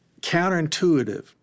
counterintuitive